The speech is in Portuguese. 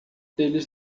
eles